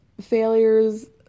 failures